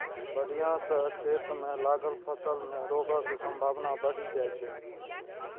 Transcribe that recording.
बाढ़ि सं खेत मे लागल फसल मे रोगक संभावना बढ़ि जाइ छै